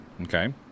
Okay